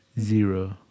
zero